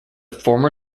former